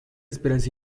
esperanza